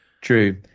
True